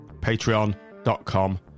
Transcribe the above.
patreon.com